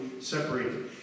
separated